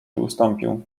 ustąpił